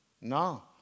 No